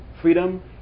freedom